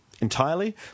entirely